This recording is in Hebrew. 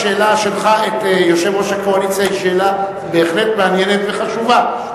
השאלה שלך את יושב-ראש הקואליציה היא שאלה בהחלט מעניינת וחשובה,